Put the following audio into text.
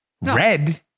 red